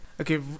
okay